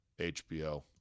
HBO